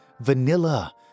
vanilla